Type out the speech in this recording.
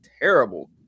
terrible